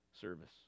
service